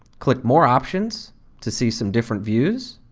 click more options to see some different views.